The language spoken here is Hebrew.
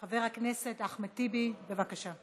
חבר הכנסת אחמד טיבי, בבקשה.